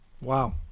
Wow